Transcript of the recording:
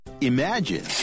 Imagine